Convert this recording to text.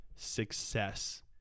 success